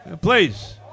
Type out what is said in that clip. Please